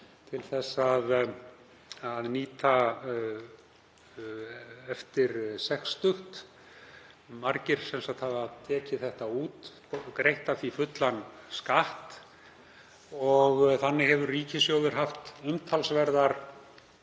til þess að nýta eftir sextugt. Margir hafa tekið þetta út, greitt af því fullan skatt og þannig hefur ríkissjóður haft umtalsverðar